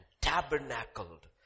tabernacled